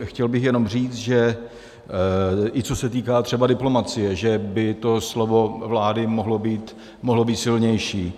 Chtěl bych jenom říci, že i co se týká třeba diplomacie, že by slovo vlády mohlo být silnější.